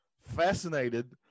fascinated